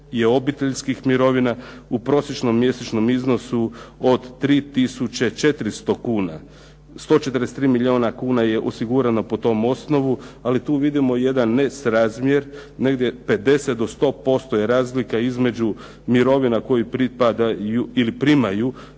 je obiteljskih mirovina u prosječnom mjesečnom iznosu od 3400 kuna. 143 milijuna kuna je osigurano po tom osnovu, ali tu vidimo jedan nesrazmjer negdje 50 do 100% je razlika između mirovina koju primaju borci HVO-a